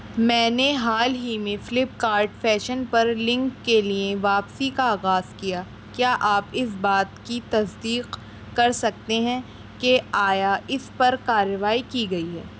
میں نے حال ہی میں فلپ کارٹ فیشن پر لنگ کے لیے واپسی کا آغاز کیا کیا آپ اس بات کی تصدیق کر سکتے ہیں کہ آیا اس پر کارروائی کی گئی ہے